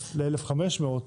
מ-1,000 ל-1,500,